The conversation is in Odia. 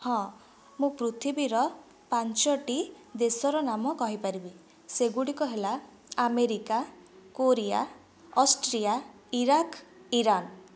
ହଁ ମୁଁ ପୃଥିବୀର ପାଞ୍ଚୋଟି ଦେଶର ନାମ କହିପାରିବି ସେଗୁଡ଼ିକ ହେଲା America Korea Austria Iraq Iran